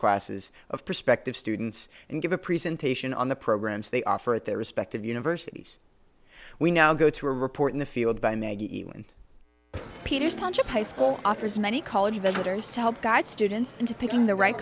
classes of prospective students and give a presentation on the programs they offer at their respective universities we now go to a report in the field by meg peters township high school offers many college visitors to help guide students into picking the right